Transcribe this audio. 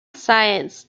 science